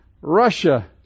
Russia